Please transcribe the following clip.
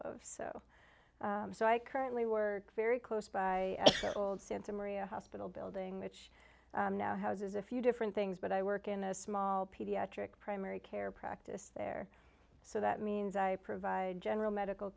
so so i currently were very close by the old santa maria hospital building which houses a few different things but i work in a small pediatric primary care practice there so that means i provide general medical